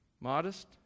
Modest